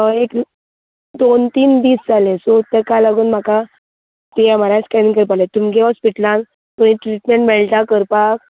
हय एक दोन तीन दीस जाले सो तेका लागून म्हाका एम आर आय स्केनींग करपा आशिल्लें तुमगें हॉस्पिटलांन थंय ट्रिटमेंट मेळटा करपाक